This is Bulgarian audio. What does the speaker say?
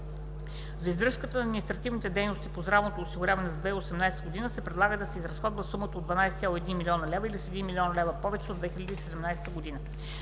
За издръжката на административните дейности по здравното осигуряване за 2018 г. се предлага да се изразходва сумата 12,1 млн. лв., или с 1,0 млн. лв. повече от 2017 г.